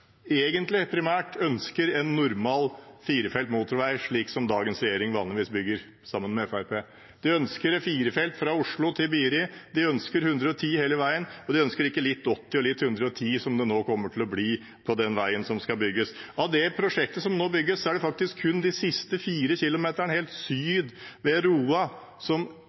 egentlig, primært, ønsker en normal firefelts motorvei, slik dagens regjering vanligvis bygger, sammen med Fremskrittspartiet. De ønsker fire felt fra Oslo til Biri, de ønsker 110 km/t hele veien, de ønsker ikke litt 80 og litt 110, som det nå kommer til å bli på den veien som skal bygges. Av det prosjektet som nå bygges, er det faktisk kun de siste fire kilometerne helt syd, ved Roa, som